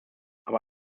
aber